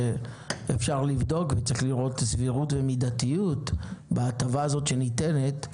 שאפשר לבדוק וצריך לראות סבירות ומידתיות בהטבה הזאת שניתנת,